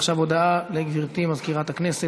עכשיו הודעה לגברתי מזכירת הכנסת.